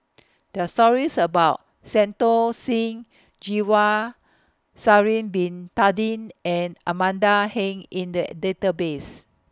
There Are stories about Santokh Singh Grewal Sha'Ari Bin Tadin and Amanda Heng in The Database